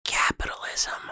Capitalism